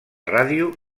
ràdio